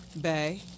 Bay